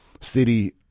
city